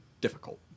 difficult